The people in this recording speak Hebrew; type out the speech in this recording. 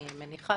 אני מניחה